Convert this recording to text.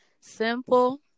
simple